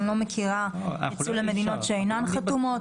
אני לא מכירה את המדינות שאינן חתומות.